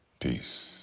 Peace